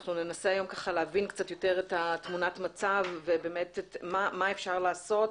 אנחנו ננסה היום להבין קצת יותר את תמונת המצב ומה אפשר לעשות,